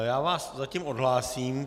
Já vás zatím odhlásil.